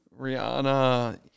Rihanna